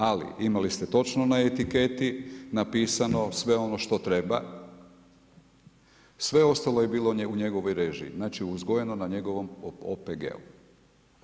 Ali imali ste točno na etiketi napisano sve ono što treba, sve ostalo je bilo u njegovoj režiji, znači uzgojeno na njegovom OPG-u.